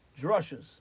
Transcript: drushes